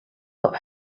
got